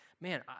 man